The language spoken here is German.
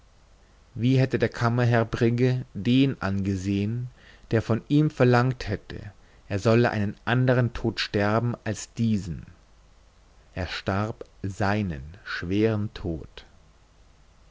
wie hätte der kammerherr brigge den angesehen der von ihm verlangt hätte er solle einen anderen tod sterben als diesen er starb seinen schweren tod